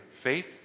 faith